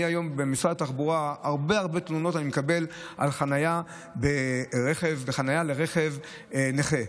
אני במשרד התחבורה ואני מקבל הרבה תלונות על חניה בחניית רכב נכה.